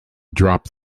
drop